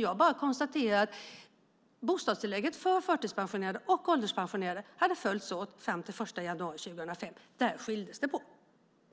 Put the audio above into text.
Jag bara konstaterar att bostadstillägget för förtidspensionärer och ålderspensionärer följdes åt fram till den 1 januari 2005, och därefter skildes de.